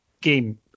game